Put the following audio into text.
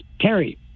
Terry